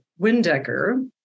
Windecker